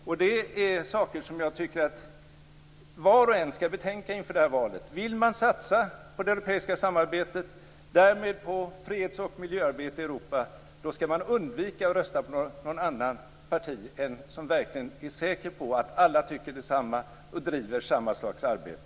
Jag tycker att det är saker som var och en skall betänka införa det här valet. Vill man satsa på det europeiska samarbetet och därmed på freds och miljöarbete i Europa, skall man undvika att rösta på något annat än ett parti där man verkligen är säker på att alla tycker detsamma och driver samma slags arbete.